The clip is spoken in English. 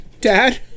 dad